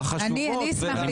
החשובות.